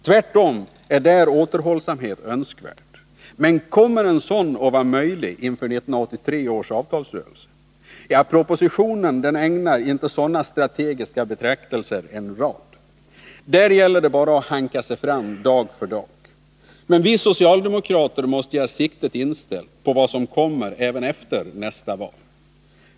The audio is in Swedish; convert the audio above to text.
Tvärtom är där återhållsamhet önskvärd. Men kommer en sådan att vara möjlig inför 1983 års avtalsrörelse? Propositionen ägnar inte sådana strategiska betraktelser en rad. Där gäller det bara att hanka sig fram från dag till dag. Men vi socialdemokrater måste ha siktet inställt också på vad som kommer även efter nästa val.